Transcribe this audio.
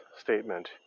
statement